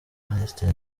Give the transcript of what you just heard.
minisitiri